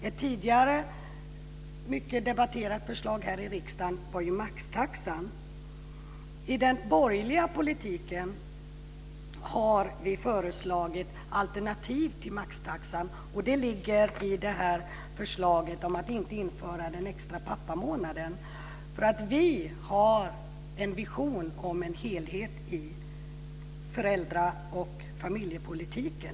Ett tidigare mycket debatterat förslag här i riksdagen var ju maxtaxan. I den borgerliga politiken har vi föreslagit alternativ till maxtaxan. Det ligger i förslaget att inte införa den extra pappamånaden. Vi har en vision om en helhet i föräldra och familjepolitiken.